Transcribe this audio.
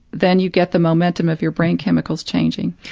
then you get the momentum of your brain chemicals changing.